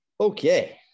Okay